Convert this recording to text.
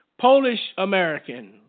Polish-American